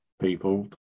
people